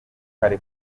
kare